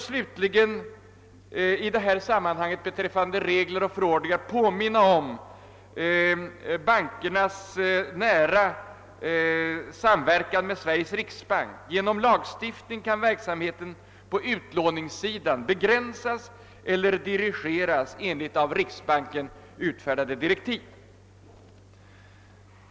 Slutligen vill jag beträffande regler och förordningar påminna om bankernas nära samverkan med Sveriges riksbank. Genom lagstiftningen kan verksamheten på utlåningssidan begränsas eller dirigeras enligt av riksbanken utfärdade direktiv.